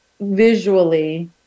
visually